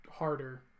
harder